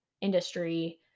industry